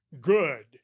good